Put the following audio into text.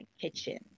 kitchen